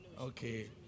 Okay